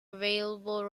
available